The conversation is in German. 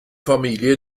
familie